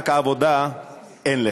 רק עבודה אין לך.